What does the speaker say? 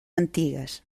antigues